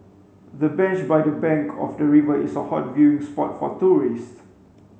the bench by the bank of the river is a hot viewing spot for tourists